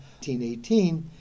1818